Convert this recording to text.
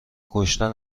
کشتن